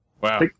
wow